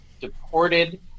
deported